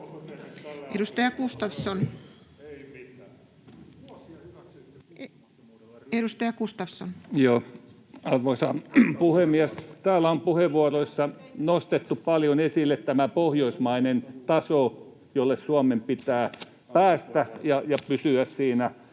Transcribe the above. esityksistä Time: 16:23 Content: Arvoisa puhemies! Täällä on puheenvuoroissa nostettu paljon esille tämä pohjoismainen taso, jolle Suomen pitää päästä ja pysyä siinä